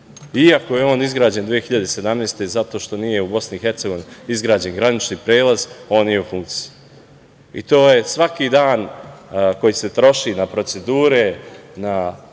Iako je on izgrađen 2017. godine zato što nije u BiH izgrađen granični prelaz, on nije u funkciji. I svaki dan koji se troši na procedure, na